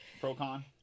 Pro-con